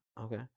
Okay